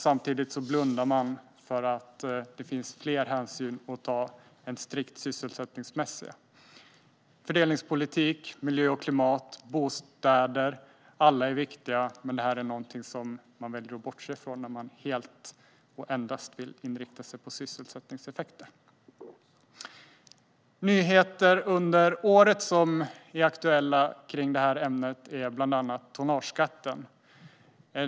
Samtidigt blundar man för att det finns fler hänsyn att ta än strikt sysselsättningsmässiga. Fördelningspolitik, miljö och klimat samt bostäder är alla viktiga frågor. Men det här är någonting som man väljer att bortse ifrån när man helt och endast vill inrikta sig på sysselsättningseffekter. Bland de nyheter som är aktuella i ämnet under året finns tonnageskatten.